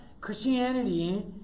Christianity